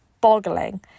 boggling